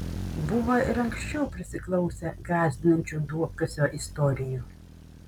buvo ir anksčiau prisiklausę gąsdinančių duobkasio istorijų